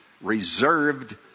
reserved